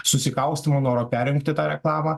susikaustymo noro perjungti tą reklamą